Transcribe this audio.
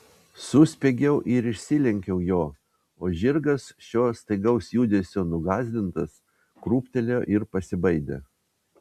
suspiegiau ir išsilenkiau jo o žirgas šio staigaus judesio nugąsdintas krūptelėjo ir pasibaidė